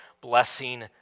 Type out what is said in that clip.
blessing